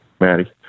Maddie